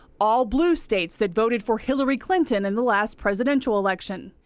all blue states that voted for hillary clinton in the last presidential election.